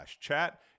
chat